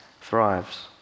thrives